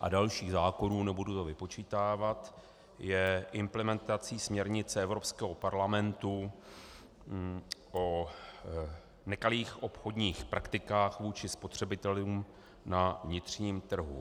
a dalších zákonů, nebudu to vypočítávat, je implementací směrnice Evropského parlamentu o nekalých obchodních praktikách vůči spotřebitelům na vnitřním trhu.